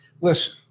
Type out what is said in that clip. Listen